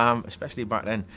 um especially back then.